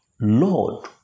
Lord